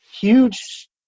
huge